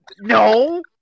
no